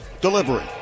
delivery